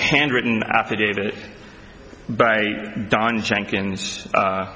handwritten affidavit by don jenkins